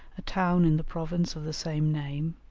a town in the province of the same name,